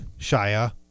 Shia